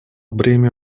бремя